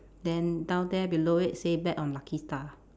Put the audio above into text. then down there below it say bet on lucky star